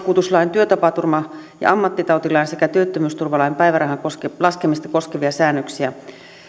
työtapaturma ja ammattitautilain sekä työttömyysturvalain päivärahan laskemista koskevia säännöksiä